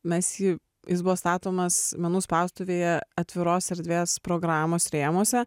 mes jį jis buvo statomas menų spaustuvėje atviros erdvės programos rėmuose